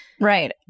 Right